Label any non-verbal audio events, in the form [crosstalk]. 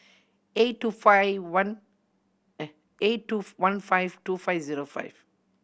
eight two five one [hesitation] eight two one five two five zero five